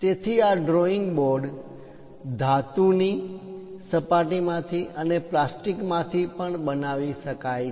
તેથી આ drawing board ધાતુની મેટાલિક સપાટીમાંથી અને પ્લાસ્ટિકમાથી પણ બનાવી શકાય છે